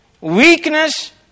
Weakness